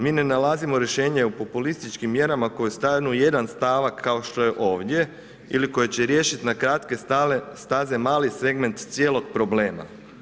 Mi ne nalazimo rješenje u populističkim mjerama koje stanu u jedan stavak kao što je ovdje ili koje će riješit na kratke staze mali segment cijelog problema.